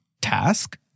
task